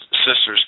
sisters